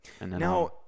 Now